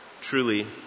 Truly